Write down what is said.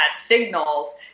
signals